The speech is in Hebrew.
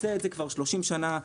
עושה את זה כבר 30 שנה,